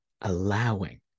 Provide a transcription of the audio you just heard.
allowing